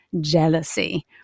jealousy